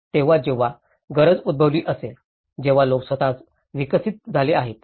जेव्हा जेव्हा गरज उद्भवली असेल तेव्हा लोक स्वतःच विकसित झाले आहेत